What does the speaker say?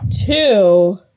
Two